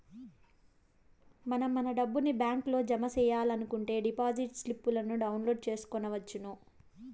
మనం మన డబ్బుని బ్యాంకులో జమ సెయ్యాలనుకుంటే డిపాజిట్ స్లిప్పులను డౌన్లోడ్ చేసుకొనవచ్చును